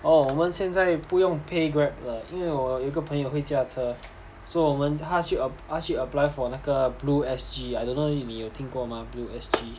orh 我们现在不用 pay Grab 了因为我有一个朋友会驾车所以我们他去 app~ 他去 apply for 那个 blue S_G I don't know you 你有听过吗 blue S_G